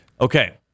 Okay